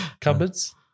Cupboards